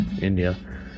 India